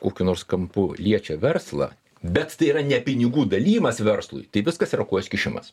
kokiu nors kampu liečia verslą bet tai yra ne pinigų dalijimas verslui tai viskas yra kojos kišimas